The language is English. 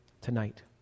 tonight